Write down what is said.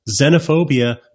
xenophobia